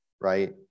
right